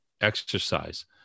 exercise